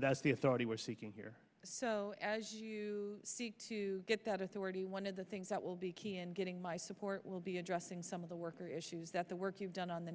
that's the authority we're seeking here so as you seek to get that authority one of the things that will be key in getting my support will be addressing some of the worker issues that the work you've done on the